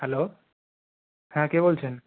hello হ্যাঁ কে বলছেন